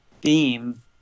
theme